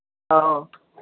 ꯑꯧ